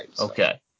Okay